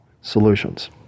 solutions